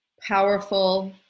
powerful